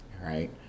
right